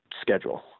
schedule